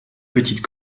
petite